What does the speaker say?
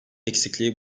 eksikliği